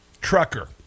trucker